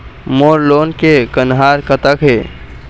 मोर loan के कन्हार कतक हे?